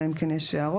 אלא אם כן יש הערות,